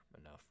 enough